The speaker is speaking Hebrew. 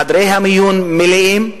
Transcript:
חדרי המיון מלאים,